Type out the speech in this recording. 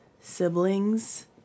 siblings